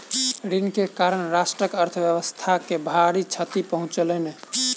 ऋण के कारण राष्ट्रक अर्थव्यवस्था के भारी क्षति पहुँचलै